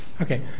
Okay